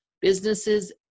businesses